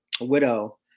Widow